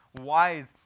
wise